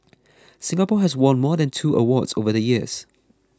Singapore has won more than two awards over the years